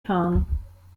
gaan